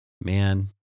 man